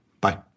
Bye